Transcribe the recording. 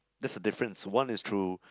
that's the difference one is through